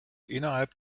innerhalb